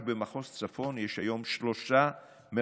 רק במחוז צפון יש היום שלושה מרחבים.